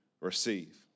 receive